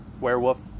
werewolf